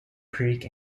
creek